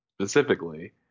specifically